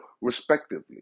respectively